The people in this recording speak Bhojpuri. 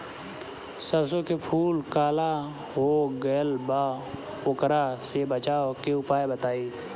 सरसों के फूल काला हो गएल बा वोकरा से बचाव के उपाय बताई?